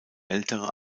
ältere